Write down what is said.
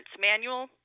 manual